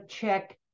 check